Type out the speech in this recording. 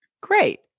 Great